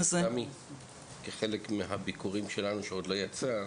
תמי, תתאמי כחלק מהביקורים שלנו שעוד לא יצאו.